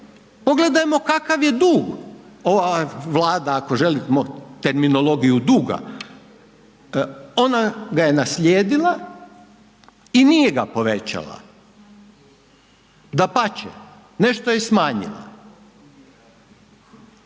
pogledajmo kakav je dug, Vlada ako želimo terminologiju duga, ona ga je naslijedila i nije ga povećala, dapače nešto je i smanjila.